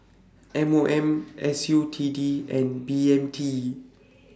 M O M S U T D and B M T